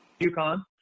UConn